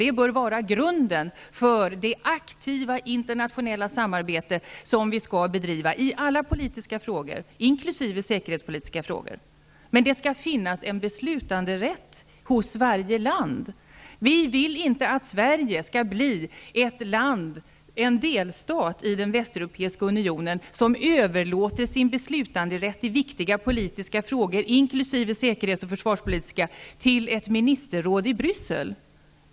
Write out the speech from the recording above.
Den bör vara grunden för det aktiva internationella samarbete som vi skall bedriva i alla politiska frågor, inkl. säkerhetspolitiska frågor. Men det skall finnas en beslutanderätt hos varje land. Vi vill inte att Sverige skall bli en delstat i den västeuropeiska unionen som överlåter sin beslutanderätt i viktiga politiska frågor, inkl. säkerhets och försvarspolitiska, till ett ministerråd i Bryssel.